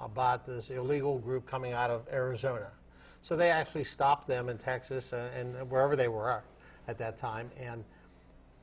about this illegal group coming out of arizona so they actually stopped them in texas and wherever they were at that time and